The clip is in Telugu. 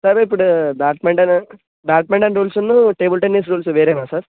సార్ ఇప్పుడు బ్యాట్మెంటన్ బ్యాట్మెంటన్ రూల్స్ను టేబుల్ టెన్నిస్ రూల్సు వేరేనా సార్